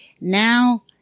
now